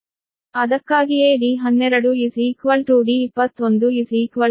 ಆದ್ದರಿಂದ ಅದಕ್ಕಾಗಿಯೇ d12 d21 D